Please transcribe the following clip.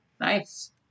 nice